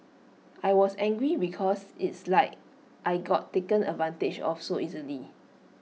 I was angry because it's like I got taken advantage of so easily